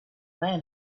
man